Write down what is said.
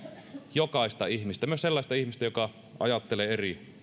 jokaista ihmistä myös sellaista ihmistä joka ajattelee eri